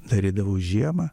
darydavau žiemą